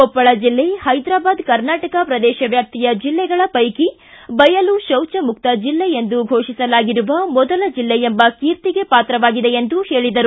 ಕೊಪ್ಪಳ ಜಿಲ್ಲೆ ಹೈದ್ರಾಬಾದ್ ಕರ್ನಾಟಕ ಪ್ರದೇಶ ವ್ಯಾಪ್ತಿಯ ಜಿಲ್ಲೆಗಳ ವೈಕಿ ಬಯಲು ಶೌಜ ಮುಕ್ತ ಜಿಲ್ಲೆ ಎಂದು ಫೋಷಿಸಲಾಗಿರುವ ಮೊದಲ ಜಿಲ್ಲೆ ಎಂಬ ಕೀರ್ತಿಗೆ ಪಾತ್ರವಾಗಿದೆ ಎಂದು ಹೇಳಿದರು